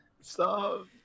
Stop